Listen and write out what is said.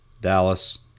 dallas